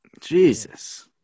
Jesus